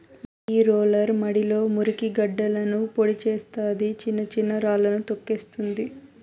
ఈ రోలర్ మడిలో మురికి గడ్డలను పొడి చేస్తాది, చిన్న చిన్న రాళ్ళను తోక్కేస్తుంది